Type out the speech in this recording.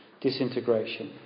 disintegration